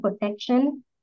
protection